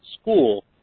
school